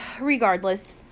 Regardless